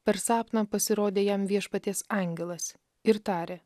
per sapną pasirodė jam viešpaties angelas ir tarė